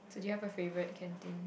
so do you have a favorite canteen